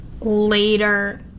later